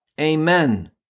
Amen